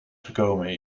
gekomen